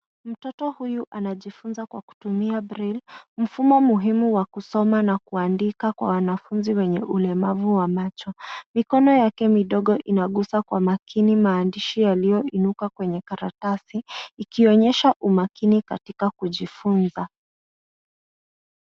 Mtoto huyu anajifunza kwa kutumia brail , mfumo muhimu wa kusoma na kuandika kwa wanafunzi wenye ulemavu wa macho. Mikono yake midogo inagusa kwa makini maandishi yaliyoinuka kwenye karatasi ikionyesha umakini katika kujifunza.